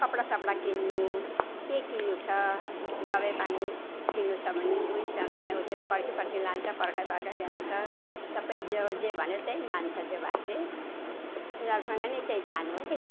कपडासपडा किन्नु के किन्नु छ दबाईपानी किन्नु छ भने उहीसँग उसैले पर्खीपर्खी लान्छ पर्खाई पर्खाई ल्याउँछ सबै जे जे भन्यो त्यही मान्छ त्यो भाइले उनीरूसँग नै चाहिँ जानु है